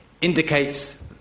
indicates